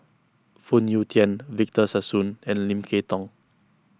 Phoon Yew Tien Victor Sassoon and Lim Kay Tong